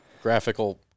Graphical